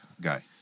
guy